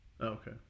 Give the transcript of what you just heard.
Okay